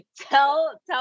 tell